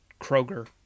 Kroger